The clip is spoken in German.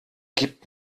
gibt